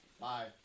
Bye